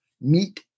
meat